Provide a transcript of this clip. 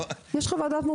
יש חוות דעת מומחה.